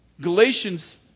Galatians